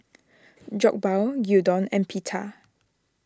Jokbal Gyudon and Pita